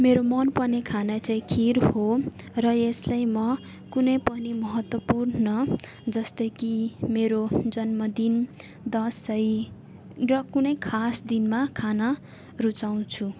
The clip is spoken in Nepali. मेरो मनपर्ने खाना चाहिँ खिर हो र यसलाई म कुनै पनि महत्त्वपूर्ण जस्तै कि मेरो जन्मदिन दसैँ र कुनै खास दिनमा खान रुचाउँछु